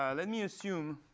ah let me assume